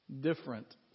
Different